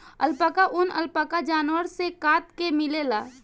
alpaca ऊन, alpaca जानवर से काट के मिलेला